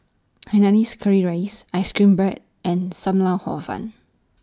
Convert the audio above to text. Hainanese Curry Rice Ice Cream Bread and SAM Lau Hor Fun